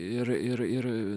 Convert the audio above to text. ir ir ir